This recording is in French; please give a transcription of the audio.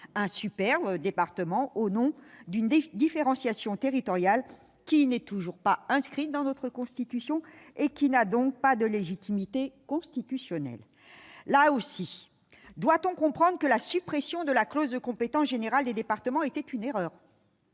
un super département au nom d'une différenciation territoriale qui n'est toujours pas inscrite dans notre Constitution et qui n'a donc aucune légitimité constitutionnelle. Si ! Là aussi, doit-on comprendre que la suppression de la clause de compétence générale des départements était une erreur